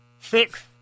six